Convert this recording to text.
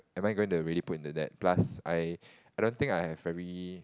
am I going to really into that plus I I don't think I have very